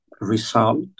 result